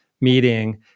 meeting